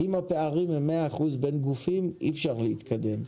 אם הפערים הם 100% בים הגופים, אי-אפשר להתקדם.